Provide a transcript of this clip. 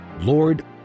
Lord